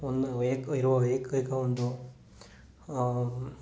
ಒಂದು ವೈ ಇರುವ ಏಕೈಕ ಒಂದು